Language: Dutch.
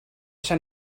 zijn